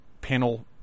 panel